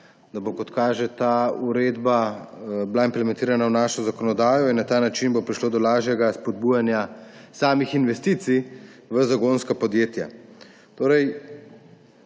da bo, kot kaže, ta uredba implementirana v našo zakonodajo in bo na ta način prišlo do lažjega spodbujanja samih investicij v zagonska podjetja.